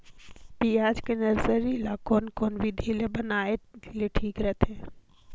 पियाज के नर्सरी ला कोन कोन विधि ले बनाय ले ठीक रथे?